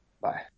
Bye